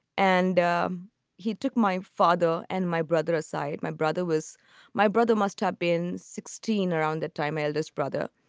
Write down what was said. and he took my father and my brother aside. my brother was my brother must have been sixteen around that time. eldest brother.